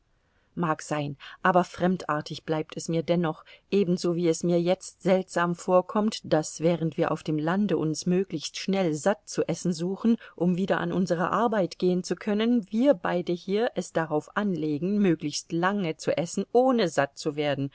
mag sein aber fremdartig bleibt es mir dennoch ebenso wie es mir jetzt seltsam vorkommt daß während wir auf dem lande uns möglichst schnell satt zu essen suchen um wieder an unsere arbeit gehen zu können wir beide hier es darauf anlegen möglichst lange zu essen ohne satt zu werden